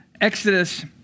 Exodus